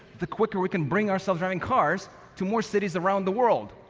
the quicker we can bring our self-driving cars to more cities around the world,